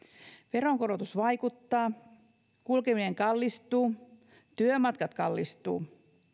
veronkorotus vaikuttaa kulkeminen kallistuu työmatkat kallistuvat